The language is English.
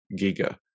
Giga